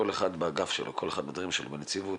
כל אחד באגף שלו, כל אחד בדברים שלו, בנציבות,